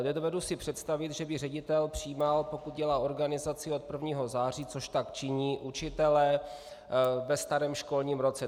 Nedovedu si představit, že by ředitel přijímal, pokud dělá organizaci, od 1. září, což tak činí, učitele ve starém školním roce.